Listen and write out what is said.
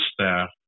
staff